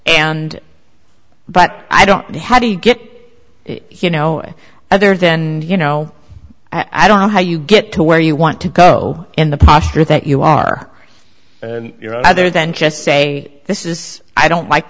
and but i don't know how do you get it you know other than you know i don't know how you get to where you want to go in the posture that you are you know other than just say this is i don't like